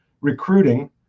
recruiting